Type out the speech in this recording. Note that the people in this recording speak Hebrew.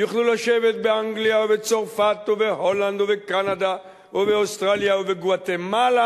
יוכלו לשבת באנגליה ובצרפת ובהולנד ובקנדה ובאוסטרליה ובגואטמלה